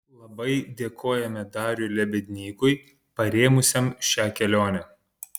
labai dėkojame dariui lebednykui parėmusiam šią kelionę